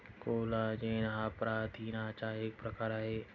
collagen हा प्रथिनांचा एक प्रकार आहे